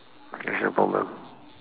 that's the problem